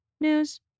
news